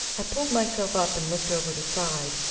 i pulled myself up and looked over the side,